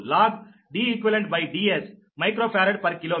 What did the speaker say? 0242 log DeqDsమైక్రోఫరాడ్ per kilometre